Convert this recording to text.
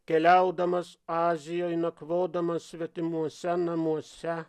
keliaudamas azijoj nakvodamas svetimuose namuose